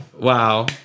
Wow